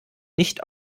nicht